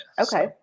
Okay